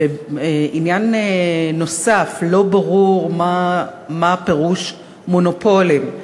עניין נוסף, לא ברור מה פירוש מונופולים,